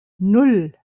nan